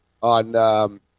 on